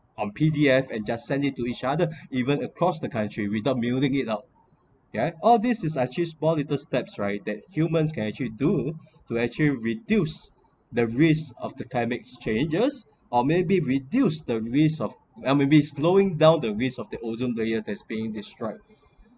on P_D_F and just send it to each other even across the country without mailing it out okay all this is actually small little steps right that human can actually do to actually reduce the risk of the climate changes or maybe reduced the risk of or maybe slowing down the risk of that ozone layer has being destroyed